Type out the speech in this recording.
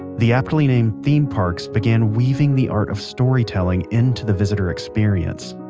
the aptly-named theme parks began weaving the art of storytelling into the visitor experience.